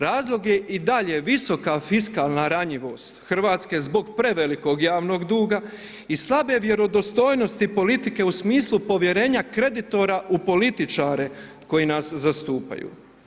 Razlog je i dalje visoka fiskalna ranjivost Hrvatske zbog prevelikog javnog duga i slabe vjerodostojnosti politike u smislu povjerenja kreditora u političare koji nas zastupaju.